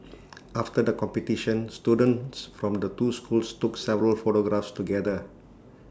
after the competition students from the two schools took several photographs together